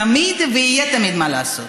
תמיד, ותמיד יהיה מה לעשות.